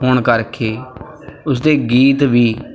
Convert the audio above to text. ਹੋਣ ਕਰਕੇ ਉਸਦੇ ਗੀਤ ਵੀ